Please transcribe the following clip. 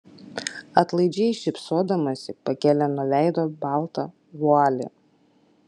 atlaidžiai šypsodamasi pakėlė nuo veido baltą vualį